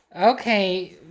Okay